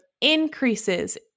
increases